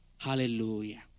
Hallelujah